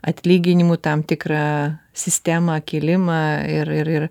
atlyginimų tam tikrą sistemą kilimą ir ir ir